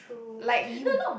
like you